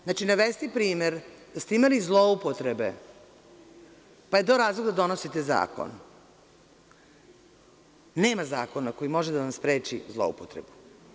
Znači, navesti primer da ste imali zloupotrebe, pa je to razlog da donosite zakon, nema zakona koji može da vam spreči zloupotrebu.